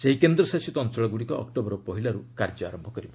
ସେହି କେନ୍ଦ୍ରଶାସିତ ଅଞ୍ଚଳଗୁଡ଼ିକ ଅକ୍ଟୋବର ପହିଲାରୁ କାର୍ଯ୍ୟ ଆରମ୍ଭ କରିବ